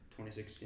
2016